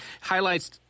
Highlights